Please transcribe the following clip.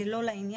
זה לא לעניין.